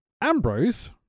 Ambrose